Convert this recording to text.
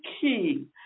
key